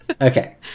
okay